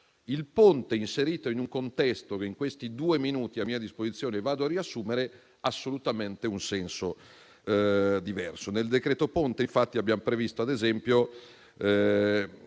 il ponte, inserito in un contesto che in questi due minuti a mia disposizione vado a riassumere, ha assolutamente un senso diverso. Nel decreto-legge ponte, infatti, abbiamo previsto ad esempio